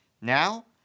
Now